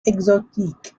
exotique